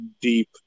deep